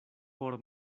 por